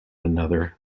another